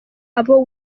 abo